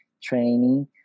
training